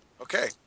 Okay